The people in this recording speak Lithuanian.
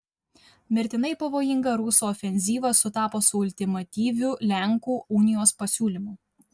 mirtinai pavojinga rusų ofenzyva sutapo su ultimatyviu lenkų unijos pasiūlymu